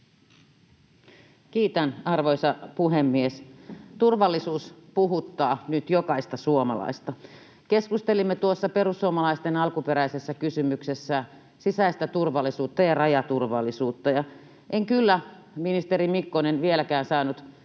Kiitän, arvoisa puhemies! Turvallisuus puhuttaa nyt jokaista suomalaista. Keskustelimme tuossa perussuomalaisten alkuperäisessä kysymyksessä sisäisestä turvallisuudesta ja rajaturvallisuudesta. Ja en kyllä, ministeri Mikkonen, vieläkään saanut